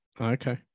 Okay